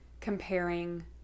comparing